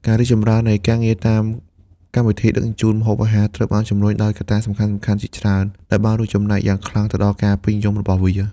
ការរីកចម្រើននៃការងារតាមកម្មវិធីដឹកជញ្ជូនម្ហូបអាហារត្រូវបានជំរុញដោយកត្តាសំខាន់ៗជាច្រើន ដែលបានរួមចំណែកយ៉ាងខ្លាំងដល់ការពេញនិយមរបស់វា។